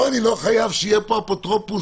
פה אני לא חייב שיהיה אפוטרופוס.